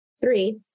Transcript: Three